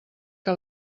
que